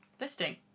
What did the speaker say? listing